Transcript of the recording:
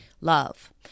Love